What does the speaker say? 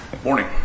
Morning